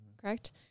correct